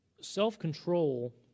self-control